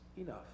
enough